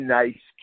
nice